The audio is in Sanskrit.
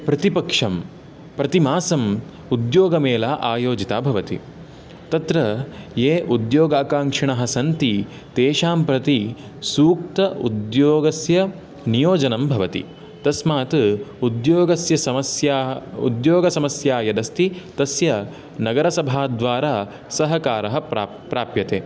प्रतिपक्षं प्रतिमासम् उद्योगमेला आयोजिता भवति तत्र ये उद्योगाकांक्षिणः सन्ति तेषां प्रति सूक्त उद्योगस्य नियोजनं भवति तस्मात् उद्योगस्य समस्या उद्योगसमस्या यदस्ति तस्य नगरसभाद्वारा सहकारः प्राप् प्राप्यते